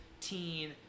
teen